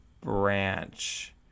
branch